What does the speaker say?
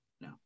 No